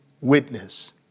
witness